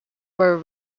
were